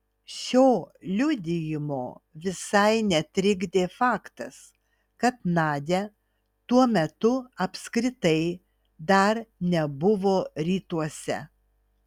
šio liudijimo visai netrikdė faktas kad nadia tuo metu apskritai dar nebuvo rytuose